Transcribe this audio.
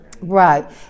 Right